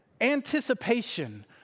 anticipation